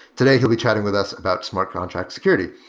today he'll be chatting with us about smart contract security.